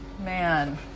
man